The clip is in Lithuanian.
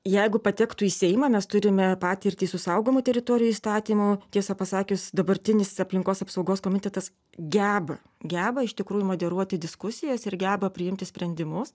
jeigu patektų į seimą mes turime patirtį su saugomų teritorijų įstatymu tiesą pasakius dabartinis aplinkos apsaugos komitetas geba geba iš tikrųjų moderuoti diskusijas ir geba priimti sprendimus